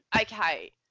okay